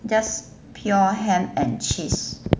just pure ham and cheese